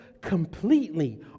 completely